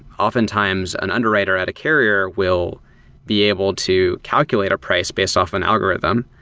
often times, an underwriter at a carrier will be able to calculate a price based off an algorithm,